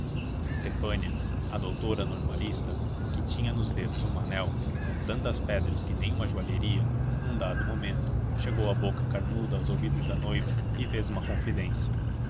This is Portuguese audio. estefânia a doutora normalista que tinha nos dedos um anel com tantas pedras que nem uma joalheria num dado momento chegou a boca carnuda aos ouvidos da noiva e fez uma confidência